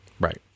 Right